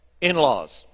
in-laws